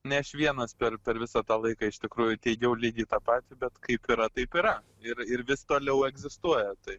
ne aš vienas per per visą tą laiką iš tikrųjų teigiau lygiai tą patį bet kaip yra taip yra ir ir vis toliau egzistuoja tai